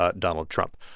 ah donald trump.